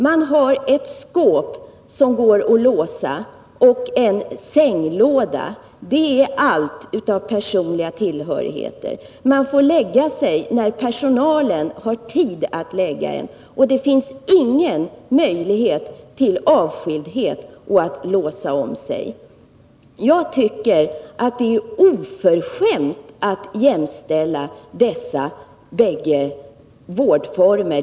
De har ett skåp som går att låsa och en sänglåda — det är allt av personliga tillhörigheter. De får lägga sig när personalen har tid att lägga dem, och det finns ingen möjlighet till avskildhet och att låsa om sig. Jag tycker det är oförskämt att jämställa dessa bägge vårdformer.